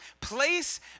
place